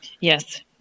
Yes